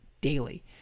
Daily